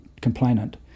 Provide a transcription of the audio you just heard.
complainant